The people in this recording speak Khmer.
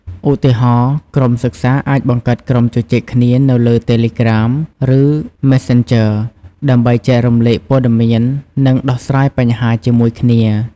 ឧទាហរណ៍ ក្រុមសិក្សាអាចបង្កើតក្រុមជជែកគ្នានៅលើ តេឡេក្រាម (Telegram) ឬ ម៉េសសេនជ័រ (Messenger) ដើម្បីចែករំលែកព័ត៌មាន និងដោះស្រាយបញ្ហាជាមួយគ្នា។